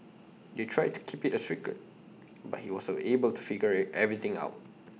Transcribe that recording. they tried to keep IT A secret but he was able to figure everything out